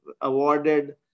awarded